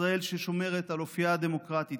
ישראל ששומרת על אופייה הדמוקרטי,